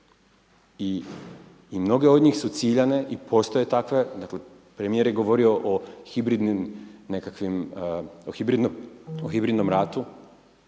i mnoge od njih su ciljane i postoje takve, dakle premijer je govorio o hibridnim